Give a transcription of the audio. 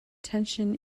tension